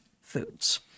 foods